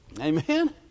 Amen